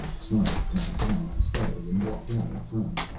snarbi climbed down unsteadily and walked out in front.